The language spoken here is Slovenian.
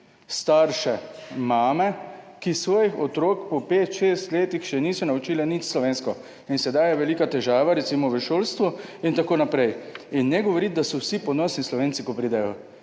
starše, mame, ki svojih otrok po petih, šestih letih še niso naučile nič slovensko in je sedaj velika težava recimo v šolstvu in tako naprej. Ne govoriti, da so vsi ponosni Slovenci, ko pridejo.